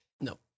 No